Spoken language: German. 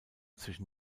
zwischen